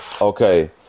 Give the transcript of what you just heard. Okay